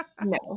No